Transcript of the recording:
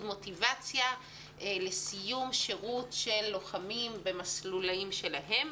מוטיבציה לסיום שירות של לוחמים במסלולים שלהם